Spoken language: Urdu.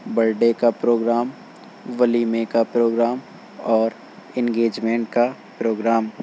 بر ڈے کا پروگرام ولیمے کا پروگرام اور انگیجمنٹ کا پروگرام